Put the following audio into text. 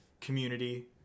community